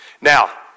Now